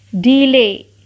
delay